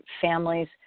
families